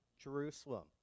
Jerusalem